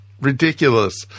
ridiculous